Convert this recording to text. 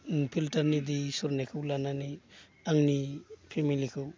फिल्टारनि दै सरनायखौ लानानै आंनि फेमेलिखौ